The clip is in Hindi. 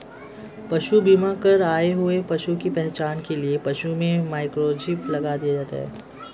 पशु बीमा कर आए हुए पशु की पहचान के लिए पशुओं में माइक्रोचिप लगा दिया जाता है